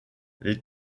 les